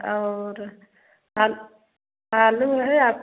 और आल आलू है आप